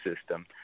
system